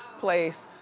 place.